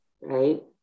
right